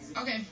okay